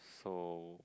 so